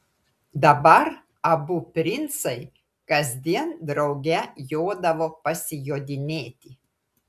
dabar abu princai kasdien drauge jodavo pasijodinėti